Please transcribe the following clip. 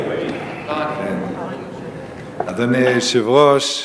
אדוני היושב-ראש,